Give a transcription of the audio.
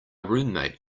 roommate